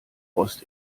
rost